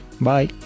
Bye